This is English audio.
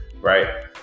right